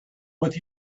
with